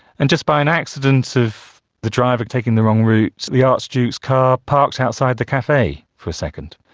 and just by an accident of the driver taking the wrong route, the archduke's car parked outside the cafe for a second.